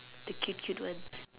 the cute cute ones